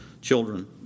children